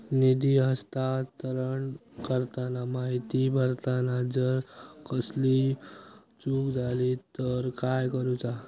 निधी हस्तांतरण करताना माहिती भरताना जर कसलीय चूक जाली तर काय करूचा?